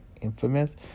infamous